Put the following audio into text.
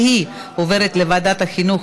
מי בעד?